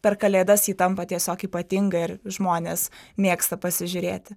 per kalėdas ji tampa tiesiog ypatinga ir žmonės mėgsta pasižiūrėti